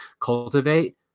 cultivate